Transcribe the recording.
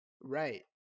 Right